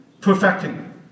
perfecting